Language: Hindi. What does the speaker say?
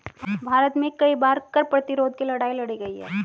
भारत में कई बार कर प्रतिरोध की लड़ाई लड़ी गई है